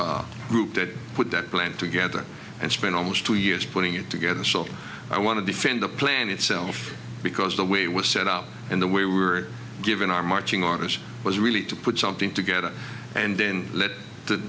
group that put that plan together and spent almost two years putting it together so i want to defend the plan itself because the way was set up and the way we were given our marching orders was really to put something together and then let the